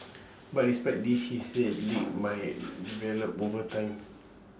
but despite this he said leaks might develop over time